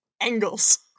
angles